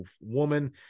woman